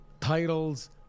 titles